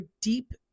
deep